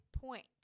point